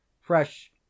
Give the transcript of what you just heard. fresh